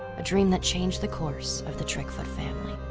a dream that changed the course of the trickfoot family.